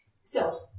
Self